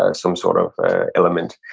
ah some sort of element.